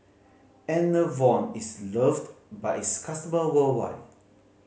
Enervon is loved by its customer worldwide